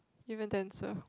give me the answer